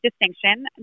distinction